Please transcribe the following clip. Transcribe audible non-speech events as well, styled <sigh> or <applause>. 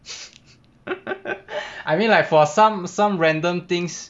<laughs> I mean like for some some random things